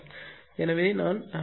எனவே நான் குதிரை பவர் க்கு 0